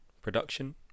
Production